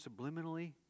subliminally